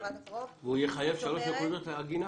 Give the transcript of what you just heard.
והוא יחייב שלוש נקודות עגינה.